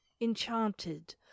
enchanted